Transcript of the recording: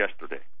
yesterday